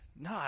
No